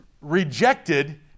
rejected